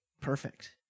Perfect